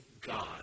God